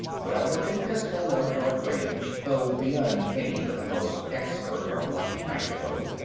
well within pistol or dart range though beyond any but the most expert or lucky knife throw.